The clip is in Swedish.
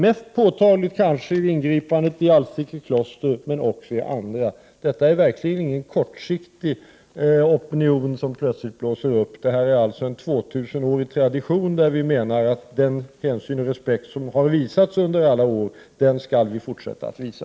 Mest påtagligt är kanske ingripandet vid Alsike kloster, men det gäller också andra fall. Detta är verkligen inte en opinion som plötsligt blåser upp på kort sikt, utan det är fråga om en tvåtusenårig tradition. Den hänsyn och respekt som har visats under alla år, den skall vi fortsätta att visa.